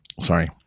Sorry